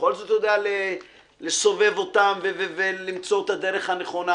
בכל זאת יודע לסובב אותם ולמצוא את הדרך הנכונה.